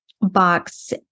box